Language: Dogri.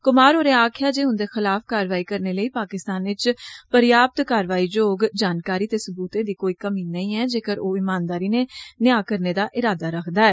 कुमार होरें आक्खेया जे उंदे खिलाफ कारवाई करने लेई पाकिस्तान इच पर्याप्त कारवाई योग जानकारी ते सबूतें दी कोई कमी नेईं ऐ जेकर ओह ईमानदारी नै नेया करने दा इरादा रखदा ऐ